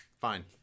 fine